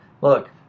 Look